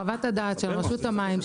חוות הדעת של רשות המים,